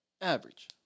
average